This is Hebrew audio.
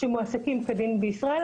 שמועסקים כדין בישראל